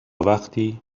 وقتی